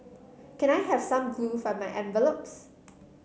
can I have some glue for my envelopes